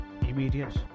immediate